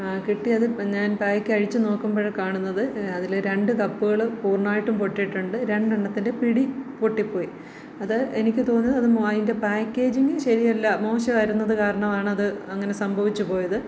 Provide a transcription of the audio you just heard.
കിട്ടിയതും ഞാൻ പായ്ക് അഴിച്ചു നോക്കുമ്പഴ് കാണുന്നത് അതിലെ രണ്ട് കപ്പുകൾ പൂർണ്ണമായിട്ടും പൊട്ടിയിട്ടുണ്ട് രണ്ടെണ്ണത്തിന്റെ പിടി പൊട്ടിപ്പോയി അത് എനിക്ക് തോന്നുന്നത് അതിന്റെ പാക്കേജിങ്ങ് ശരിയല്ല മോശമായിരുന്നു അത് കാരണമാണ് അത് അങ്ങനെ സംഭവിച്ചു പോയത്